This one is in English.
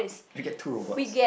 I get two robots